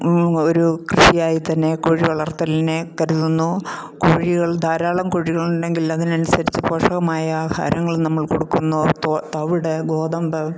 ഒരു കൃഷിയായി തന്നെ കോഴി വളർത്തലിനെ കരുതുന്നു കോഴികൾ ധാരാളം കോഴികൾ ഉണ്ടെങ്കിൽ അതിനനുസരിച്ച് പോഷകമായ ആഹാരങ്ങൾ നമ്മൾ കൊടുക്കുന്നു തവിട് ഗോതമ്പ്